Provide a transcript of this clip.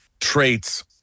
traits